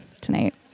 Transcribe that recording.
tonight